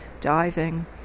diving